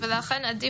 וכן,